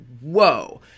whoa